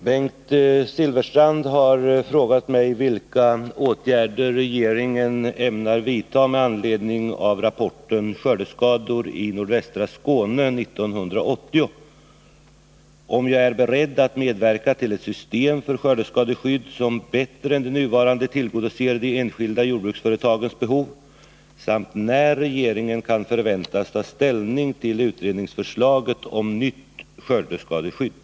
Herr talman! Bengt Silfverstrand har frågat mig vilka åtgärder regeringen ämnar vidta med anledning av rapporten ”Skördeskador i nordvästra Skåne 1980”, om jag är beredd att medverka till ett system för skördeskadeskydd som bättre än det nuvarande tillgodoser de enskilda jordbruksföretagens behov samt när regeringen kan förväntas ta ställning till utredningsförslaget om nytt skördeskadeskydd.